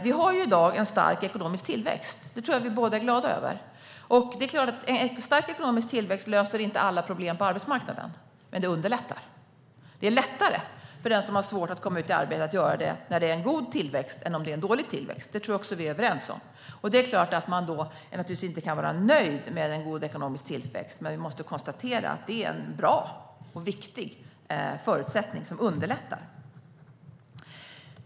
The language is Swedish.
Vi har i dag en stark ekonomisk tillväxt. Det tror jag att vi båda är glada över. Det är klart att en stark ekonomisk tillväxt inte löser alla problem på arbetsmarknaden, men det underlättar. Det är lättare för den som har svårt att komma i arbete att göra det om det är god tillväxt än om det är dålig tillväxt. Det tror jag att vi är överens om. Det är klart att man inte kan vara nöjd bara för att det sker en god ekonomisk tillväxt, men vi måste konstatera att det är en bra och viktig förutsättning som underlättar.